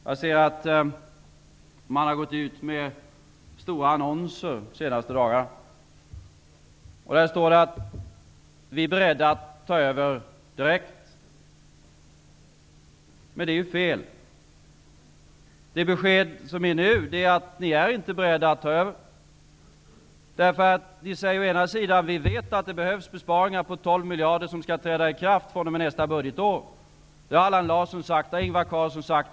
Jag ser att man har gått ut med stora annonser de senaste dagarna där det står att Socialdemokraterna är beredda att ta över direkt. Men det är fel! Det besked som ges nu är att ni inte är beredda att ta över. Ni säger å ena sidan att ni vet att det behövs besparingar på 12 miljarder som skall träda i kraft fr.o.m. nästa budgetår. Det har Allan Larsson sagt. Det har Ingvar Carlsson sagt.